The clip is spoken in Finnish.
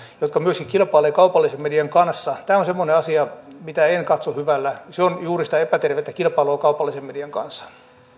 jotka myöskin kilpailevat kaupallisen median kanssa tämä on semmoinen asia mitä en katso hyvällä se on juuri sitä epätervettä kilpailua kaupallisen median kanssa